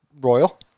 Royal